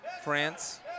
France